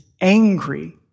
angry